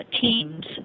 teams